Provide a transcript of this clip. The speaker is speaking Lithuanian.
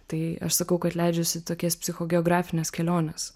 tai aš sakau kad leidžiuosi į tokias psicho geografines keliones